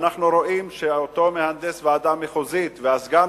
אנחנו רואים שאותו מהנדס ועדה מחוזית והסגן